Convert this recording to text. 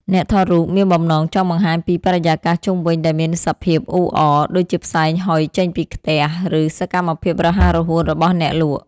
អ្នកថតរូបមានបំណងចង់បង្ហាញពីបរិយាកាសជុំវិញដែលមានសភាពអ៊ូអរ ដូចជាផ្សែងហុយចេញពីខ្ទះ ឬសកម្មភាពរហ័សរហួនរបស់អ្នកលក់។